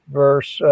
verse